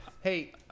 Hey